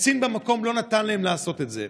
קצין במקום לא נתן להם לעשות את זה.